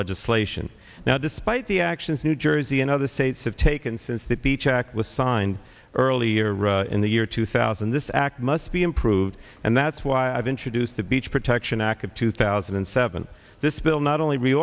legislation now despite the actions new jersey and other states have taken since that beach act was signed earlier in the year two thousand this act must be improved and that's why i've introduced the beach protection act of two thousand and seven this bill not only